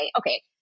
okay